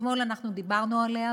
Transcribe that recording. אתמול אנחנו דיברנו עליה,